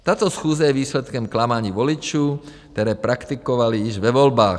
Tato schůze je výsledkem klamání voličů, které praktikovali již ve volbách.